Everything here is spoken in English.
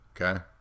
Okay